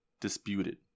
disputed